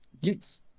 Yes